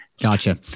Gotcha